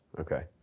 Okay